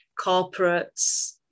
corporates